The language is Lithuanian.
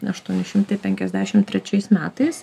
aštuoni šimtai penkiasdešim trečiais metais